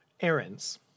Errands